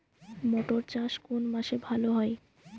মটর চাষ কোন মাসে ভালো হয়?